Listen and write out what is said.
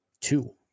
two